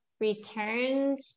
returned